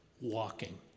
walking